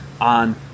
on